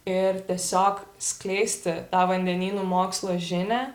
ir tiesiog skleisti tą vandenynų mokslo žinią